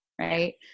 right